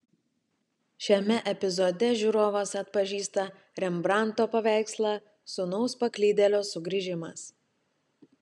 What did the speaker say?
šiame epizode žiūrovas atpažįsta rembrandto paveikslą sūnaus paklydėlio sugrįžimas